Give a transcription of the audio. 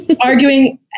arguing